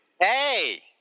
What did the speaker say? Hey